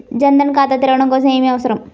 జన్ ధన్ ఖాతా తెరవడం కోసం ఏమి అవసరం?